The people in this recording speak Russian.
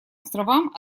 островам